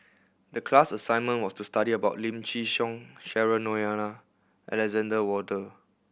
the class assignment was to study about Lim Chin Siong Cheryl Noronha Alexander Wolters